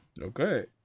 Okay